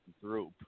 group